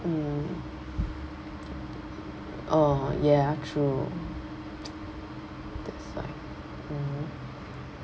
mm oh ya true that's why mmhmm